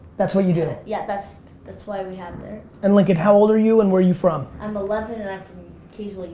that's what you do? yeah, that's that's why we have there. and lincoln, how old are you and where are you from? i'm eleven, and i'm from kingsville, ah